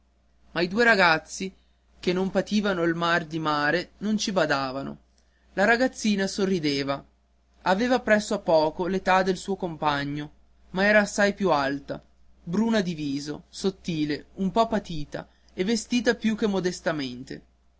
ma i due ragazzi che non pativano il mal di mare non ci badavano la ragazzina sorrideva aveva presso a poco l'età del suo compagno ma era assai più alta bruna di viso sottile un po patita e vestita più che modestamente